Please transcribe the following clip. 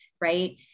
right